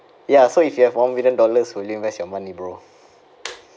ya so if you have one million dollars will you invest your money bro